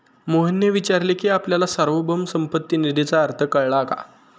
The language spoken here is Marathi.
मोहनने विचारले की आपल्याला सार्वभौम संपत्ती निधीचा अर्थ कळला का?